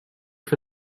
for